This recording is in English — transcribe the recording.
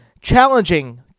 challenging